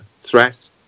threat